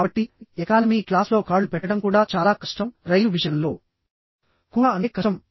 కాబట్టి ఎకానమీ క్లాస్లో కాళ్ళు పెట్టడం కూడా చాలా కష్టం రైలు విషయంలో కూడా అంతే కష్టం